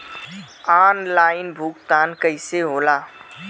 Online भुगतान कईसे होला?